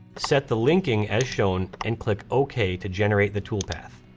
set the linking as shown and click okay to generate the toolpath.